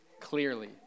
clearly